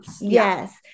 Yes